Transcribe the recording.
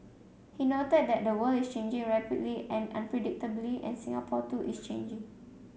he noted that the world is changing rapidly and unpredictably and Singapore too is changing